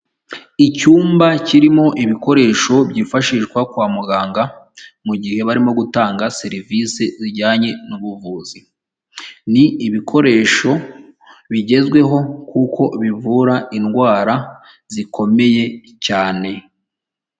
Icyumba kirimo ibikoresho byifashishwa kwa muganga mu gihe barimo gutanga serivisi zijyanye n'ubuvuzi, ni ibikoresho bigezweho kuko bivura indwara zikomeye cyane.